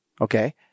Okay